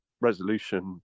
resolution